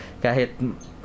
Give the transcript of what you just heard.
kahit